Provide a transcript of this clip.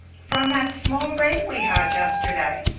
from that small break. we had yesterday.